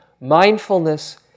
Mindfulness